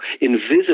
invisible